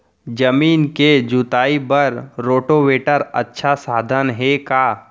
जमीन के जुताई बर रोटोवेटर अच्छा साधन हे का?